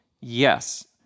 Yes